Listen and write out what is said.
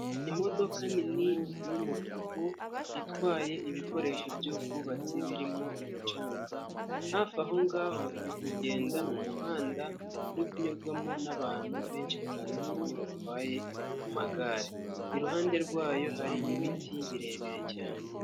Imodoka nini y'umutuku itwaye ibikoresho by'ubwubatsi birimo umucanga hafi aho ngaho iri kugenda mu muhanda uri kunyurwamo n'abantu benshi batandukanye batwaye amagare, iruhande rwayo hari ibiti birebire cyane.